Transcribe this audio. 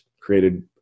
created